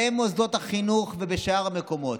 במוסדות החינוך ובשאר המקומות,